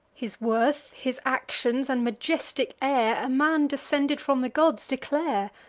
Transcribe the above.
his worth, his actions, and majestic air, a man descended from the gods declare.